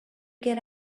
get